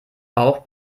bauch